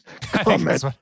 comment